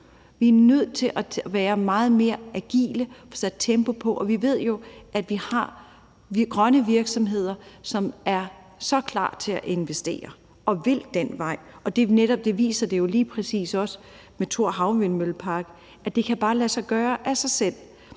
Vi er nødt til at være meget mere agile og få sat tempo på, og vi ved jo, at vi har grønne virksomheder, som er så klar til at investere, og som vil den vej, og der viser det sig jo netop også lige præcis med Thor havvindmøllepark, at det bare kan lade sig gøre af sig selv,